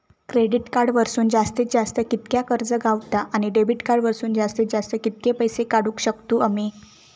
Credit card वरसून जास्तीत जास्त कितक्या कर्ज गावता, आणि डेबिट कार्ड वरसून जास्तीत जास्त कितके पैसे काढुक शकतू आम्ही?